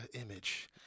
image